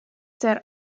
sehr